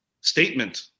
statement